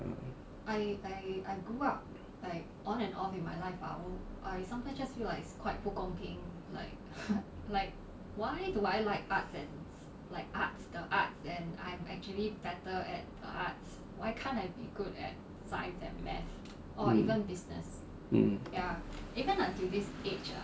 mm mm